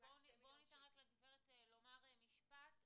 אבל בואו ניתן לגברת לומר משפט,